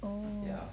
oh